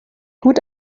gut